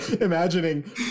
imagining